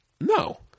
no